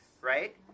Right